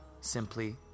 simply